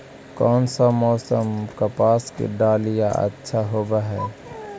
कोन सा मोसम कपास के डालीय अच्छा होबहय?